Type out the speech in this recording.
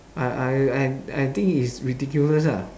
I I I I think is ridiculous ah